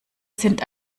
sind